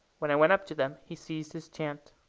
when i went up to them he ceased his chant.